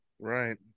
right